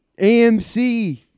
AMC